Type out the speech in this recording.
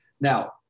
now